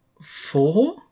four